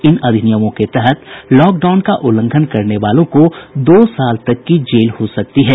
इन अधिनियमों के तहत लॉकडाउन का उल्लंघन करने वालों को दो साल तक की जेल हो सकती है